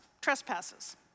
Trespasses